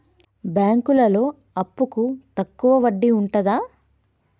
బ్యాంకులలో అప్పుకు తక్కువ వడ్డీ ఉంటదా?